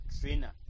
trainer